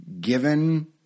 given